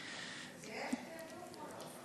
אז יש תעדוף או לא?